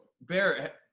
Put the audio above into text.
Bear